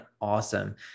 awesome